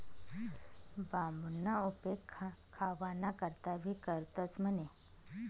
बांबूना उपेग खावाना करता भी करतंस म्हणे